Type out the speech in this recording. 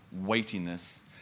weightiness